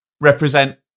represent